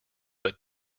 but